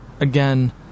Again